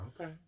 Okay